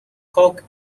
cork